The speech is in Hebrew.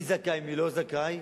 מי זכאי ומי לא זכאי,